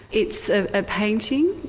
it's a painting,